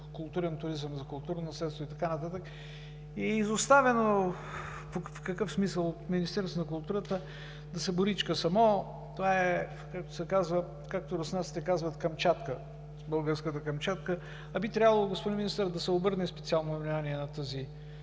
културен туризъм, за културно наследство и така нататък, и е изоставено в такъв смисъл от Министерството на културата, да се боричка само. Това е, както се казва, както руснаците казват „Камчатка“ – българската Камчатка. А би трябвало, господин Министър, да се обърне специално внимание на този